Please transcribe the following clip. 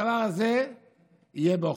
הדבר הזה יהיה בעוכריכם.